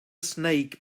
snake